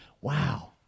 Wow